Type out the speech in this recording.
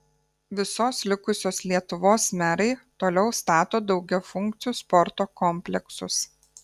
visos likusios lietuvos merai toliau stato daugiafunkcius sporto kompleksus